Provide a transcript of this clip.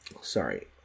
Sorry